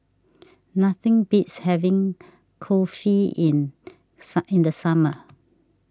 nothing beats having Kulfi in in the summer